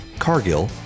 Cargill